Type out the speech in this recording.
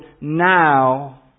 now